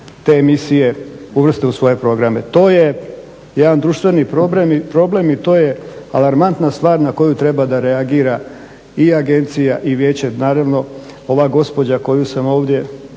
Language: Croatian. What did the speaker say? te emisije uvrste u svoje programe. To je jedan društveni problem i to je alarmantna stvar na koju treba da reagira i Agencija i Vijeće. Naravno ova gospođa koju sam ovdje